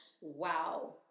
wow